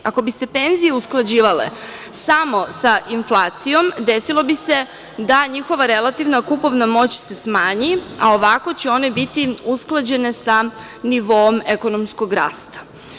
Ako bi se penzije usklađivale samo sa inflacijom, desilo bi se da njihova relativna kupovna moć se smanji, a ovako će one biti usklađene sa nivoom ekonomskog rasta.